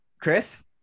Chris